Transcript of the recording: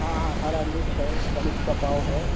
हाँ हाँ हाँ हरी मिर्च है चालीस का पाव है